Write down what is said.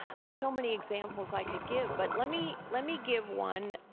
ah there's so many examples i could give, but let me let me give one,